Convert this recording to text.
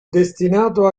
destinato